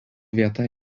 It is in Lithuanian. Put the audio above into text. vieta